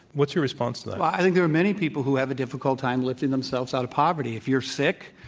what's your response to that? well, i think there are many people who have a difficult time lifting themselves out of poverty. if you're sick,